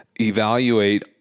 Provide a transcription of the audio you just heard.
evaluate